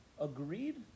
agreed